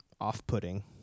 off-putting